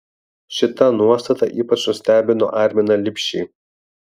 šita nuostata ypač nustebino arminą lipšį